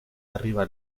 arriba